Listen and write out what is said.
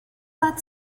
that